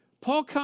Paul